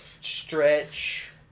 stretch